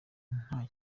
nta